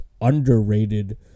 underrated